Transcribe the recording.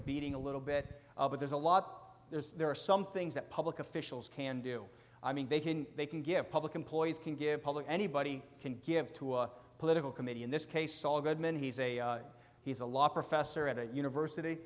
beating a little bit but there's a lot there is there are some things that public officials can do i mean they can they can give public employees can give public anybody can give to a political committee in this case saul goodman he's a he's a law professor at a university